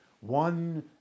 one